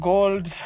Gold